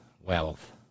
wealth